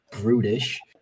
brutish